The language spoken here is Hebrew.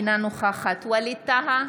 אינה נוכחת ווליד טאהא,